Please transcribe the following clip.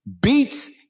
Beats